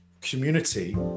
community